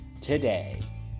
today